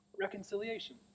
Reconciliation